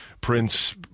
Prince